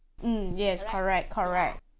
um yes correct correct